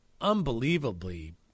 unbelievably